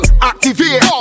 activate